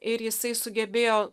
ir jisai sugebėjo